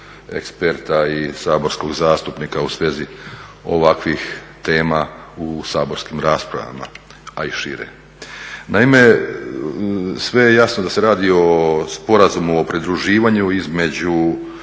eksperta i saborskog zastupnika u svezi ovakvih tema u saborskih raspravama, a i šire. Naime, sve je jasno, da se radi o sporazumu o pridruživanju između